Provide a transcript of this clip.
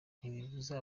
ntibibuza